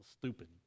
stupid